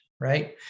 Right